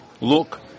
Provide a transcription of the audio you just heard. look